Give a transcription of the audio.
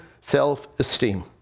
self-esteem